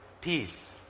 peace